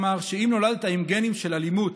אמר שאם נולדת עם גנים של אלימות